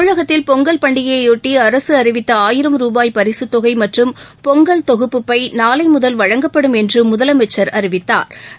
தமிழகத்தில் பொங்கல் பண்டிகையையொட்டிஅரசுஅறிவித்தஆயிரம் ரூபாய் பரிசுத்தொகைமற்றும் பொங்கல் தொகுப்பு பைநாளைமுதல் வழங்கப்படும் என்றுமுதலமைச்சா் அறிவித்தாா்